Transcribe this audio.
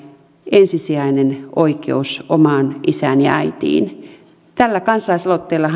ensisijainen oikeus omaan isään ja äitiin tällä kansalaisaloitteellahan ollaan